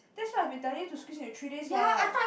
that's why I've been telling you to squeeze into three days what